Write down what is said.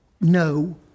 no